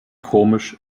komisch